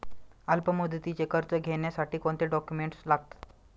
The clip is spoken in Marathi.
अल्पमुदतीचे कर्ज घेण्यासाठी कोणते डॉक्युमेंट्स लागतात?